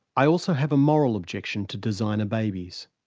i also have a moral objection to designer babies.